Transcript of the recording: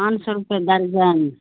پانچ سو روپے درجن